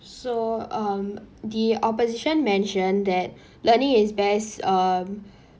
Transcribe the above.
so um the opposition mentioned that learning is best um